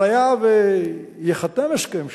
אבל היה וייחתם הסכם שלום,